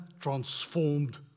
transformed